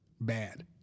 bad